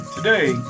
Today